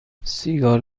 سیگار